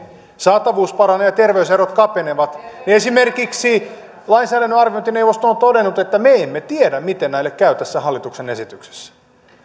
saatavuus paranee ja terveyserot kapenevat niin esimerkiksi lainsäädännön arviointineuvosto on todennut että me me emme tiedä miten näille käy tässä hallituksen esityksessä tämä